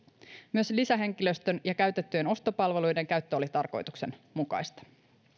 myös lisähenkilöstön ja käytettyjen ostopalveluiden käyttö oli tarkoituksenmukaista